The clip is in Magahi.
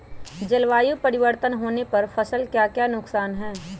जलवायु परिवर्तन होने पर फसल का क्या नुकसान है?